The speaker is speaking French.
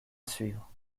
suivre